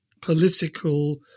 political